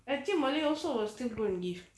actually malay also was still growing give